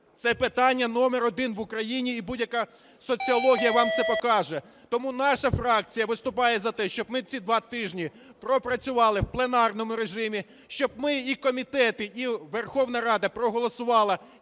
Це питання номер один в Україні, і будь-яка соціологія вам це покаже. Тому наша фракція виступає за те, щоб ми ці два тижні пропрацювали в пленарному режимі, щоб ми, і комітети, і Верховна Рада, проголосували